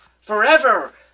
forever